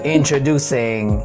Introducing